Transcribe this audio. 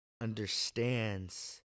understands